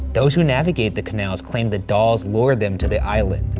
those who navigate the canals claim the dolls lure them to the island.